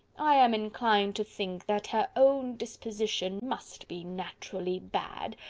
i am inclined to think that her own disposition must be naturally bad,